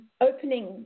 opening